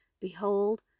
Behold